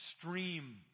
stream